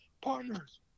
partners